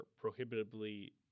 prohibitively